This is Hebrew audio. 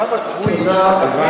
אותם הצבועים, החלק מה שמתאים להם.